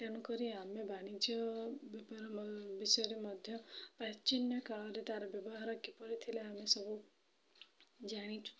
ତେଣୁକରି ଆମେ ବାଣିଜ୍ୟ ବେପାର ମ ବିଷୟରେ ମଧ୍ୟ ପ୍ରାଚୀନ କାଳରେ ତା'ର ବ୍ୟବହାର କିପରି ଥିଲା ଆମେ ସବୁ ଜାଣିଛୁ